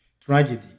Tragedy